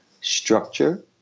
structure